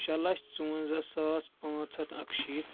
شےٚ لَچھ ژُوَنٛزاہ ساس پانٛژھ ہَتھ اکشیٖتھ